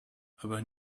aber